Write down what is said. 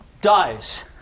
dies